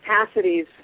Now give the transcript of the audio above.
capacities